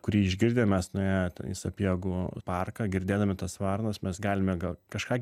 kurį išgirdę mes nuėję į sapiegų parką girdėdami tas varnas mes galime gal kažką